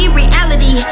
reality